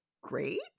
great